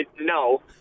no